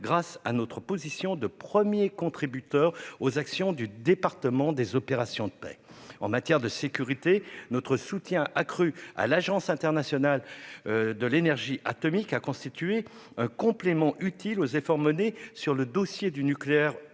grâce à notre position de premier contributeur aux actions du département des opérations de paix. En matière de sécurité, notre soutien accru à l'Agence internationale de l'énergie atomique (AIEA) a constitué un complément utile aux efforts menés sur le dossier du nucléaire